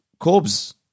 Corbs